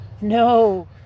no